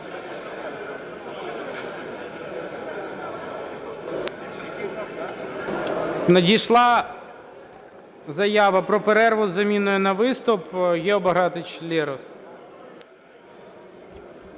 Надійшла заява про перерву із заміною на виступ. Гео Багратович Лерос.